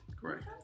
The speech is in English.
correct